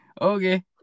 Okay